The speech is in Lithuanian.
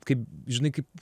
kaip žinai kaip